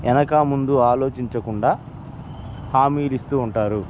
వెనకా ముందు ఆలోచించకుండా హమీలు ఇస్తూ ఉంటారు